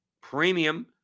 Premium